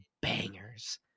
bangers